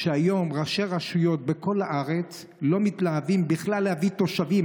שהיום ראשי רשויות בכל הארץ לא מתלהבים בכלל להביא תושבים,